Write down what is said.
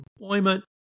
employment